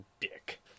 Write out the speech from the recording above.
dick